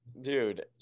dude